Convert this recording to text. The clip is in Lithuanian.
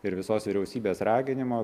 ir visos vyriausybės raginimo